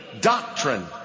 doctrine